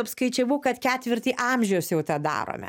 apskaičiavau kad ketvirtį amžiaus jau tą darome